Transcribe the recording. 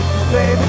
Baby